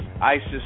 Isis